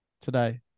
Today